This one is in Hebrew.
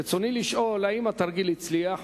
רצוני לשאול: 1. האם התרגיל הצליח?